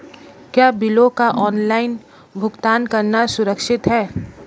क्या बिलों का ऑनलाइन भुगतान करना सुरक्षित है?